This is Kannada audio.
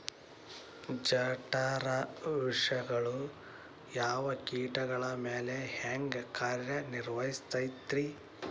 ಜಠರ ವಿಷಗಳು ಯಾವ ಕೇಟಗಳ ಮ್ಯಾಲೆ ಹ್ಯಾಂಗ ಕಾರ್ಯ ನಿರ್ವಹಿಸತೈತ್ರಿ?